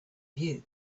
view